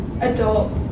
adult